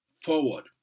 forward